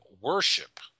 worship